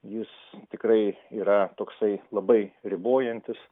jis tikrai yra toksai labai ribojantis